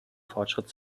fortschritt